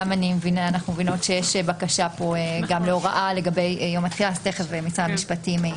אנו מבינות שיש פה בקשה גם להוראה לגבי משרד המשפטים תכף